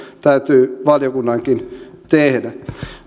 täytyy valiokunnankin tehdä